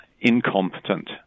incompetent